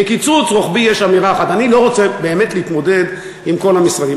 בקיצוץ רוחבי יש אמירה אחת: אני לא רוצה באמת להתמודד עם כל המשרדים,